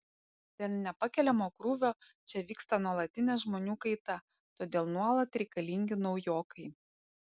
dėl nepakeliamo krūvio čia vyksta nuolatinė žmonių kaita todėl nuolat reikalingi naujokai